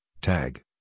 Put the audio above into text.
tag